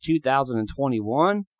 2021